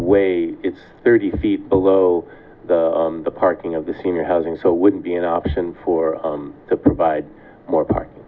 way it's thirty feet below the parking of the senior housing so it wouldn't be an option for to provide more park